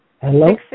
Hello